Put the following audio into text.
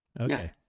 Okay